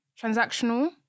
transactional